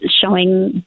showing